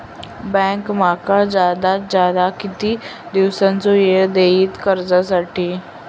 Bank माका जादात जादा किती दिवसाचो येळ देयीत कर्जासाठी?